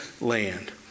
land